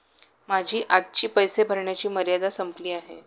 माझी आजची पैसे भरण्याची मर्यादा संपली आहे